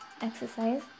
Exercise